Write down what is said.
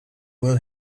will